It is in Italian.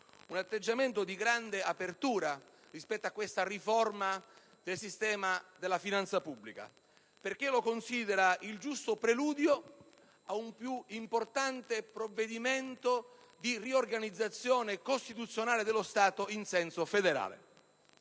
un atteggiamento di grande apertura rispetto a questa riforma del sistema della finanza pubblica, perché la considera il giusto preludio a un più importante provvedimento di riorganizzazione costituzionale dello Stato in senso federale.